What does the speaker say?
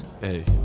Hey